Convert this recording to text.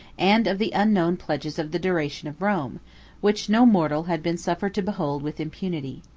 and of the unknown pledges of the duration of rome which no mortal had been suffered to behold with impunity.